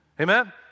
Amen